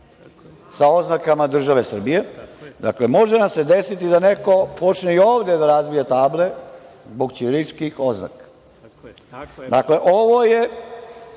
sa oznakama države Srbije, dakle može nam se desiti da neko počne i ovde da razbija table zbog ćiriličkih oznaka. Dakle, ovo je